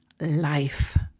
life